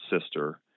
sister